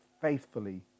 faithfully